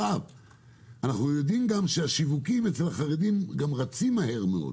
אנחנו יודעים שהשיווקים אצל החרדים גם רצים מהר מאוד.